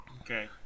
Okay